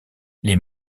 les